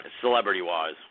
Celebrity-wise